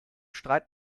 streit